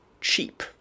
cheap